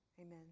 amen